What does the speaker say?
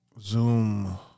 zoom